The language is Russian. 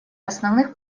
основных